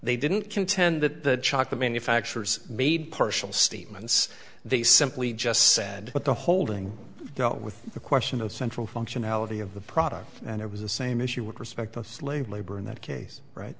they didn't contend that chocolate manufacturers made partial statements they simply just said that the holding dealt with the question of central functionality of the product and it was the same issue with respect of slave labor in that case right